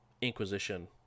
inquisition